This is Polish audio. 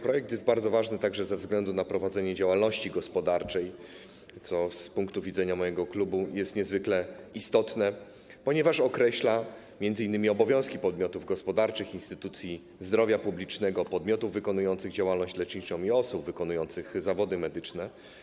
Projekt jest bardzo ważny także ze względu na prowadzenie działalności gospodarczej - co z punktu widzenia mojego klubu jest niezwykle istotne - ponieważ określa się w nim m.in. obowiązki podmiotów gospodarczych, instytucji zdrowia publicznego, podmiotów wykonujących działalność leczniczą i osób wykonujących zawody medyczne.